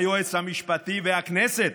היועץ המשפטי והכנסת,